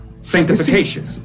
Sanctification